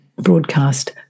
broadcast